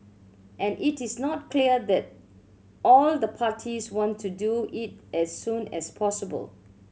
and it is not clear that all the parties want to do it as soon as possible